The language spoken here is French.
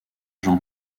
jean